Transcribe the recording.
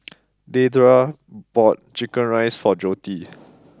Deidre bought chicken rice for Jordi